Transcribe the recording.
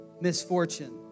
misfortune